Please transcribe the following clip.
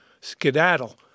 skedaddle